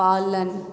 पालन